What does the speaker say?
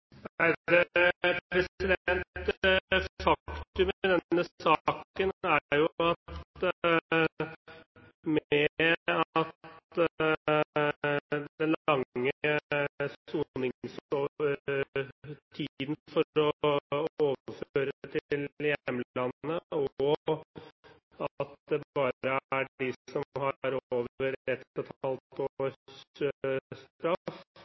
i denne saken er jo at med den lange soningstiden for å overføre til hjemlandet, og at det bare gjelder dem som har over et og